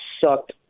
sucked